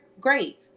great